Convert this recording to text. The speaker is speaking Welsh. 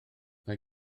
mae